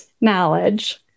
Knowledge